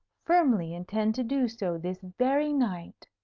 firmly intend to do so this very night.